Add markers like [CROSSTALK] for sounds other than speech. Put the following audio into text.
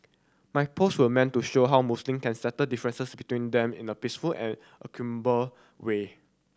my post were meant to show how Muslim can settle differences between them in a peaceful and [UNINTELLIGIBLE] way